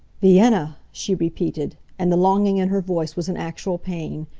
vienna! she repeated, and the longing in her voice was an actual pain.